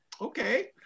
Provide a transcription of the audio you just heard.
okay